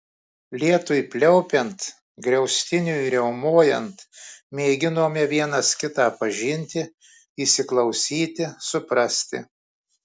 lietui pliaupiant griaustiniui riaumojant mėginome vienas kitą pažinti įsiklausyti suprasti